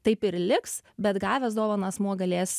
taip ir liks bet gavęs dovaną asmuo galės